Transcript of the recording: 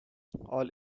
all